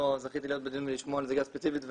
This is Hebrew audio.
לא זכיתי להיות בדיון ולשמוע על זליגה ספציפית,